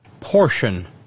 portion